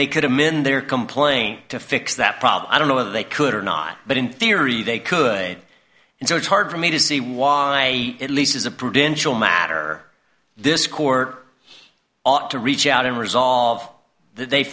they could amend their complaint to fix that problem i don't know whether they could or not but in theory they could and so it's hard for me to see why at least as a prudential matter this core ought to reach out and resolve that they